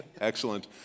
Excellent